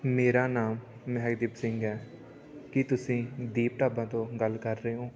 ਮੇਰਾ ਨਾਮ ਮਹਿਕਦੀਪ ਸਿੰਘ ਹੈ ਕੀ ਤੁਸੀਂ ਦੀਪ ਢਾਬਾ ਤੋਂ ਗੱਲ ਕਰ ਰਹੇ ਹੋ